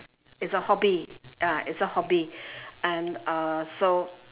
it's a hobby ya it's a hobby and uh so